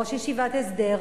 ראש ישיבת הסדר,